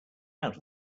out